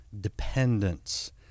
Dependence